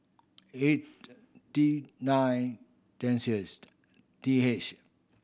eight D nine T H